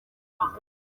cyane